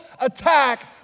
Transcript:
attack